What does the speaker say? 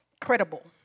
credible